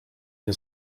nie